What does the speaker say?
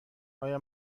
آیا